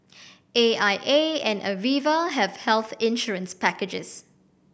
A I A and Aviva have health insurance packages